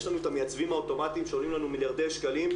יש לנו את המיצבים האוטומטים שעולים לנו מיליארדי שקלים,